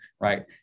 right